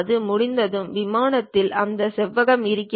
அது முடிந்ததும் விமானத்தில் அந்த செவ்வகம் இருக்கும்